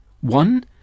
One